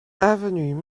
avenue